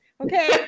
okay